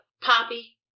Poppy